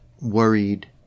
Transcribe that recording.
worried